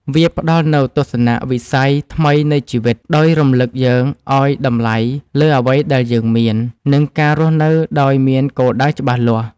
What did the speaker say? វាផ្ដល់នូវទស្សនៈវិស័យថ្មីនៃជីវិត ដោយរំលឹកយើងឱ្យតម្លៃលើអ្វីដែលយើងមាន និងការរស់នៅដោយមានគោលដៅច្បាស់លាស់។